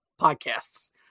podcasts